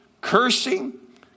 cursing